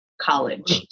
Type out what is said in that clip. college